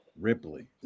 ripley